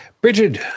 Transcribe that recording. Bridget